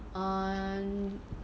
um